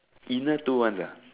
inner two ones ah